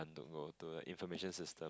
to go to an information system